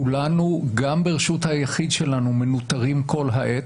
כולנו גם ברשות היחיד שלנו מנוטרים כל העת.